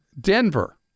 Denver